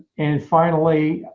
and finally,